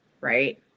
right